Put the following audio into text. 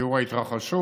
תיאור ההתרחשות.